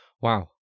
Wow